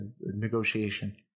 negotiation